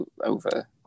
over